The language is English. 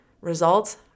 Results